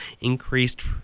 increased